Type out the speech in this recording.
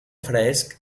fresc